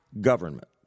government